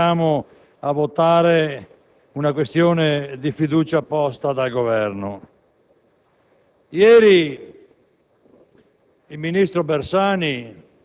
per l'ennesima volta ci troviamo a votare una questione di fiducia posta dal Governo.